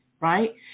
right